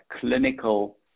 clinical